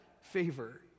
favor